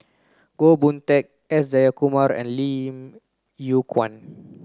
Goh Boon Teck S Jayakumar and Lim Yew Kuan